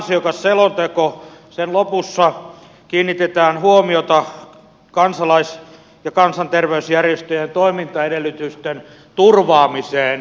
tämän ansiokkaan selonteon lopussa kiinnitetään huomiota kansalais ja kansanterveysjärjestöjen toimintaedellytysten turvaamiseen